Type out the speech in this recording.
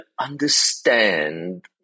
understand